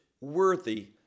worthy